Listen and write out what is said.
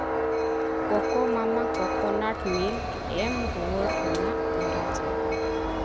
ᱠᱚᱠᱳᱢᱟᱢᱟ coconut milk ᱮᱢ ᱨᱩᱣᱟᱹᱲ ᱨᱮᱱᱟᱜ ᱦᱚᱨᱟ ᱪᱮᱫ